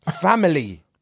Family